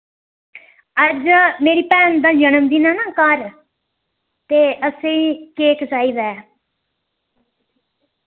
अज्ज मेरी भैन दा जनमदिन ऐ ना घर ते असेंगी केक चाहिदा ऐ